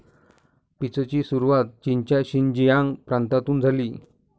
पीचची सुरुवात चीनच्या शिनजियांग प्रांतातून झाली